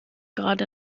gerade